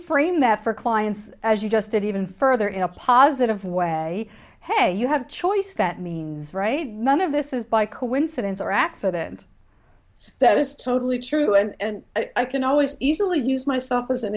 frame that for clients as you just did even further in a positive way hey you have choice that means right none of this is by coincidence or accident that is totally true and i can always easily use myself as an